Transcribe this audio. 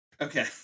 okay